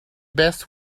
best